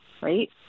right